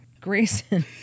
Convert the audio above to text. Grayson